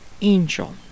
Angel